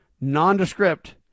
nondescript